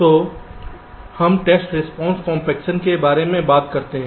तो हम test response compaction के बारे में बात करते हैं